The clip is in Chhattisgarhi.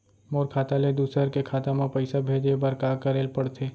मोर खाता ले दूसर के खाता म पइसा भेजे बर का करेल पढ़थे?